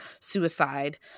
suicide